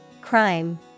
Crime